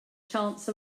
chance